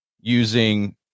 using